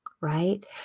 right